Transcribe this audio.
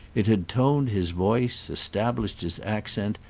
it had toned his voice, established his accent,